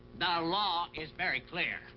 the law is very clear.